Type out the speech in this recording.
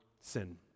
sin